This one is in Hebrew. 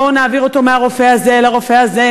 בואו נעביר אותו מהרופא הזה אל הרופא הזה,